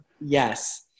Yes